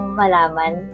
malaman